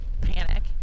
panic